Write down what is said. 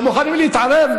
אתם מוכנים להתערב?